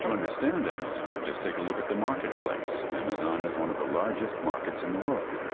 so understand amazon just take a look at the marketplace amazon is one of the largest markets in the world yeah